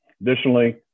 Additionally